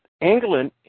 England